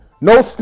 No